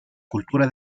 cultura